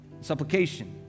supplication